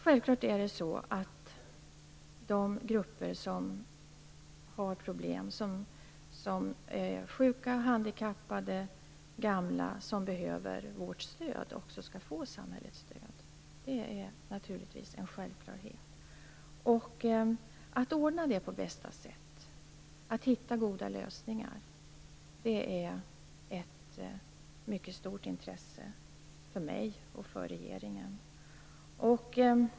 Självfallet skall de grupper som har problem och behöver stöd - sjuka, handikappade och gamla - också få samhället stöd. Detta är naturligtvis en självklarhet. Att ordna detta på bästa sätt, att hitta goda lösningar, är ett mycket stort intresse för mig och för regeringen.